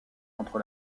entre